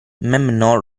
mamnor